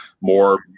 more